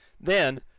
Then